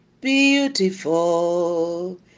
beautiful